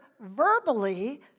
verbally